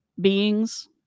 beings